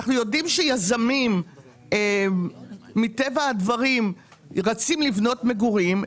אנחנו יודעים שיזמים מטבע הדברים רצים לבנות מגורים,